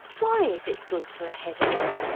why is it good for a headache?